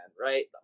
right